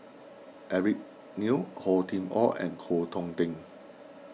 Eric Neo Hor Chim or and Koh Hong Teng